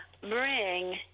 bring